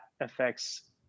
affects